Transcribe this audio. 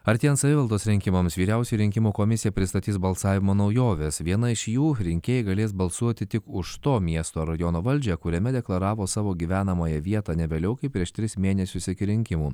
artėjant savivaldos rinkimams vyriausioji rinkimų komisija pristatys balsavimo naujoves viena iš jų rinkėjai galės balsuoti tik už to miesto rajono valdžią kuriame deklaravo savo gyvenamąją vietą ne vėliau kaip prieš tris mėnesius iki rinkimų